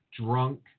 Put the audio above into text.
drunk